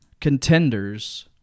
contenders